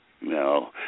No